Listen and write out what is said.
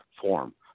form